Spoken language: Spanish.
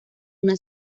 una